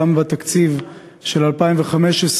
גם בתקציב של 2015,